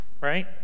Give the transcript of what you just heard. Right